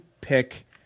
pick –